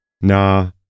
Nah